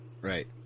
Right